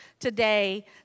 today